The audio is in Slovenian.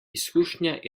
izkušnja